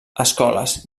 escoles